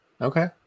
Okay